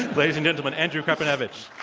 ladies and gentlemen, andrew krepinevich.